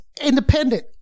Independent